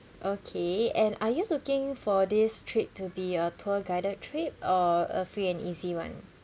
okay and are you looking for this trip to be a tour guided trip or a free and easy one